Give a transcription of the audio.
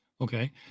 Okay